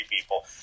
people